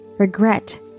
regret